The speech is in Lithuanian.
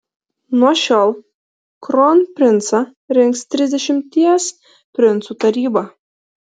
nuo šiol kronprincą rinks trisdešimties princų taryba